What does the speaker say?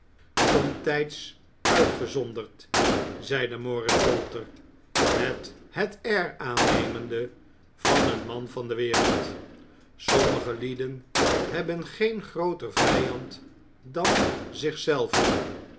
somtijds uitgezonderd zeide mooris bolter het air aannemende van een man van de wereld sommige lieden hebben geen grooter vijand dan zich zelven